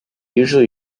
usually